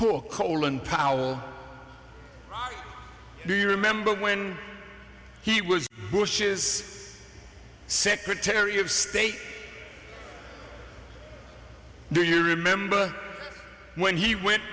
poor colin powell do you remember when he was bush's secretary of state do you remember when he went